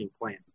plan